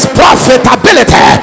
profitability